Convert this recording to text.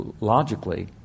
logically